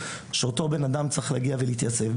שאותו בנאדם צריך להגיע ולהתייצב.